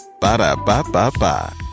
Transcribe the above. Ba-da-ba-ba-ba